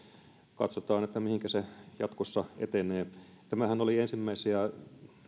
katsotaan mihinkä se jatkossa etenee tämähän oli ensimmäisiä